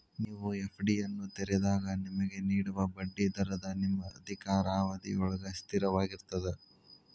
ನೇವು ಎ.ಫ್ಡಿಯನ್ನು ತೆರೆದಾಗ ನಿಮಗೆ ನೇಡುವ ಬಡ್ಡಿ ದರವ ನಿಮ್ಮ ಅಧಿಕಾರಾವಧಿಯೊಳ್ಗ ಸ್ಥಿರವಾಗಿರ್ತದ